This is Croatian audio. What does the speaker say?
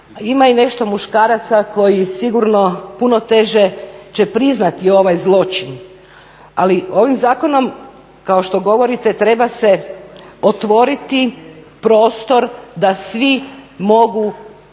ima i nešto muškaraca koji će sigurno puno teže priznati ovaj zločin. Ali ovim zakonom kao što govorite treba se otvoriti prostor da svi mogu